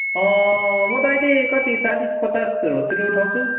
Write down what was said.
म त अहिले कति चालिस पचासहरूतिर उठाउँछु